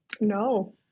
no